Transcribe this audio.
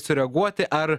sureaguoti ar